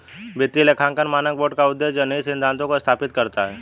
वित्तीय लेखांकन मानक बोर्ड का उद्देश्य जनहित सिद्धांतों को स्थापित करना है